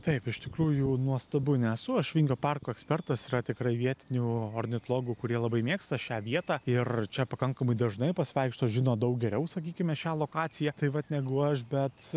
taip iš tikrųjų nuostabu nesu aš vingio parko ekspertas yra tikrai vietinių ornitologų kurie labai mėgsta šią vietą ir čia pakankamai dažnai pasivaikšto žino daug geriau sakykime šią lokaciją tai vat negu aš bet